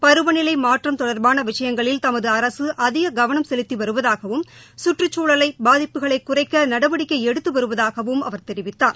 பருவநிலை மாற்றம் தொடர்பான விஷயங்களில் தமது அரசு அதிக கவனம் செலுத்தி வருவதாகவும் சுற்றுச்சூழலை பாதிப்புகளைக் குறைக்க நடவடிக்கை எடுத்து வருவதாகவும் அவர் தெரிவித்தார்